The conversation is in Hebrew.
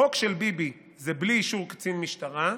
בחוק של ביבי זה בלי אישור קצין משטרה,